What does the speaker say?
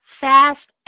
fast